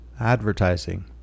advertising